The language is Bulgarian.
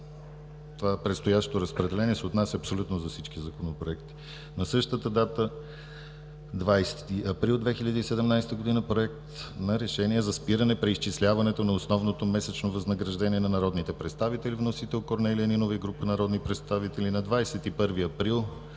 Това предстоящо разпределение се отнася абсолютно за всички законопроекти. На същата дата, 20 април 2017 г. е постъпил Проект на решение за спиране преизчисляването на основното месечно възнаграждение на народните представители. Вносител Корнелия Нинова и група народни представители. На 21 април